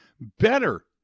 better